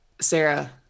sarah